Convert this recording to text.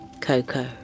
Coco